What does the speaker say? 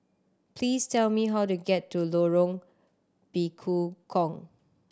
please tell me how to get to Lorong Bekukong